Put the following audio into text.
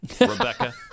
Rebecca